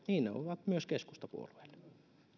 niin ne ovat myös keskustapuolueelle